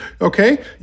okay